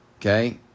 okay